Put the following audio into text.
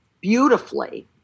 beautifully